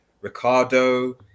Ricardo